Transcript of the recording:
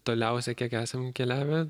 toliausią kiek esam keliavę